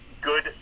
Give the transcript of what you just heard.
good